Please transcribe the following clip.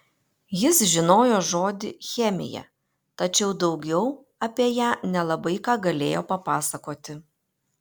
jis žinojo žodį chemija tačiau daugiau apie ją nelabai ką galėjo papasakoti